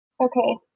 Okay